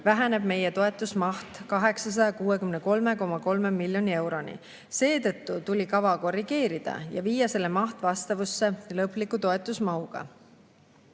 väheneb meie toetusmaht 863,3 miljoni euroni. Seetõttu tuli kava korrigeerida ja viia selle maht vastavusse lõpliku toetusmahuga.